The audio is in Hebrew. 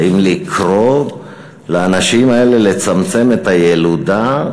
האם לקרוא לאנשים האלה לצמצם את הילודה,